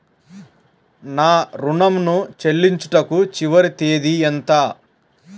నా ఋణం ను చెల్లించుటకు చివరి తేదీ ఎంత?